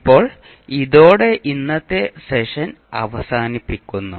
ഇപ്പോൾ ഇതോടെ ഇന്നത്തെ സെഷൻ അവസാനിപ്പിക്കുന്നു